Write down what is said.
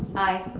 aye.